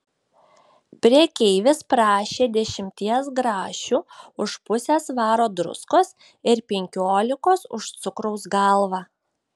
prekeivis prašė dešimties grašių už pusę svaro druskos ir penkiolikos už cukraus galvą